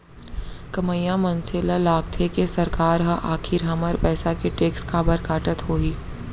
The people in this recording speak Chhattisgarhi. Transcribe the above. कमइया मनसे ल लागथे के सरकार ह आखिर हमर पइसा के टेक्स काबर काटत होही